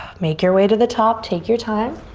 make your way to the top, take your time.